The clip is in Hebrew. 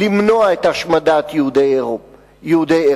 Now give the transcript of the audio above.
למנוע את השמדת יהודי ארץ-ישראל,